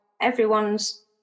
everyone's